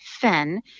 Fen